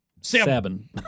Seven